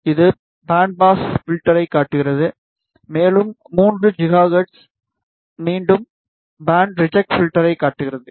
இது band pass பில்டர்யைக் காட்டுகிறது மேலும் 3GHz மீண்டும் பேண்ட் ரிஜெக்ட் பில்டர்யைக் காட்டுகிறது